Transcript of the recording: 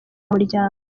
muryango